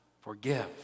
forgive